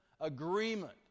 agreement